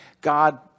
god